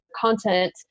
content